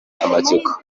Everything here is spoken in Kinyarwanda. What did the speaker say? amatsiko